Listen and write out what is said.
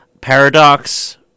Paradox